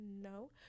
no